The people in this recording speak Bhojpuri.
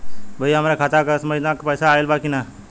भईया हमरे खाता में अगस्त महीना क पैसा आईल बा की ना?